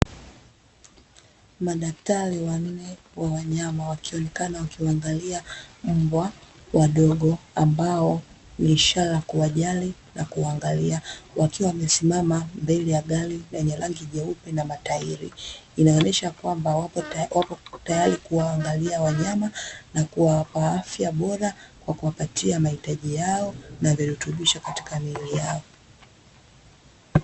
Mdaktari wanne wa wanyama wakionekana wakiwaangalia mbwa wadogo ambayo ni ishara ya kuwajali na kuwaangalia wakiwa wamesimama mbele ya gari lenye rangi nyeupe na matairi, inaonyesha kwamba wako tayari kuwaangalia wanyama na kuwapa afya bora kwakuwapatia mahitaji yao na virutubisho katika miili yao.